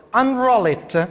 unroll it,